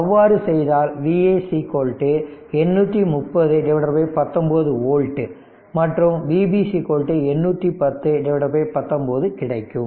அவ்வாறு செய்தால் Va 830 19 volt Vb 810 19 கிடைக்கும்